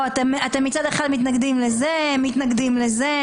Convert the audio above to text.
שמחה, אתם מצד אחד מתנגדים לזה, מתנגדים לזה.